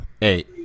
Hey